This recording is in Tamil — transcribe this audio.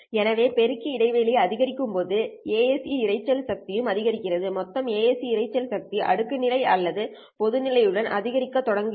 எனவே பெருக்கி இடைவெளி அதிகரிக்கும் போது ASE இரைச்சல் சக்தி உம் அதிகரிக்கிறது மொத்த ASE இரைச்சல் சக்தி அடுக்கு நிலை அல்லது பொது நிலை உடன் அதிகரிக்கத் தொடங்குகிறது